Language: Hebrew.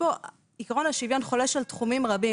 עיקרון השוויון חולש על תחומים רבים,